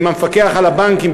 עם המפקח על הבנקים,